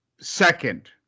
second